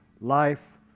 life